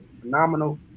phenomenal